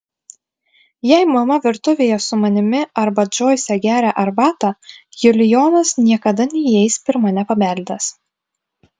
jei mama virtuvėje su manimi arba džoise geria arbatą julijonas niekada neįeis pirma nepabeldęs